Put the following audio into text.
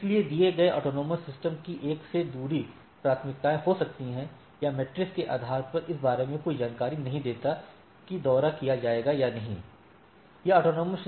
इसलिए किसी दिए गए AS की एक से दूसरी प्राथमिकताएं हो सकती हैं या मैट्रिक्स के आधार पर इस बारे में कोई जानकारी नहीं देता है कि दौरा किया जाएगा ठीक है